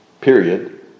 period